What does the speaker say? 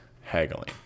haggling